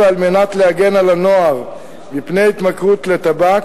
על מנת להגן על הנוער מפני התמכרות לטבק,